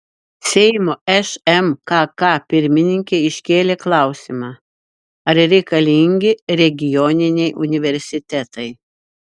seimo šmkk pirmininkė iškėlė klausimą ar reikalingi regioniniai universitetai